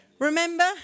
Remember